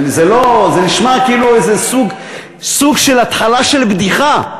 זה נשמע כאילו איזה סוג של התחלה של בדיחה,